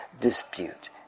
dispute